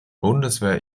bundeswehr